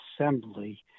assembly